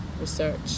research